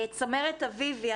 צמרת אביבי,